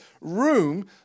room